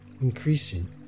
increasing